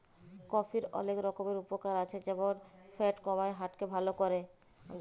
কফির অলেক রকমের উপকার আছে যেমল ফ্যাট কমায়, হার্ট কে ভাল ক্যরে